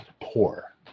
poor